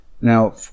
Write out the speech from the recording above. Now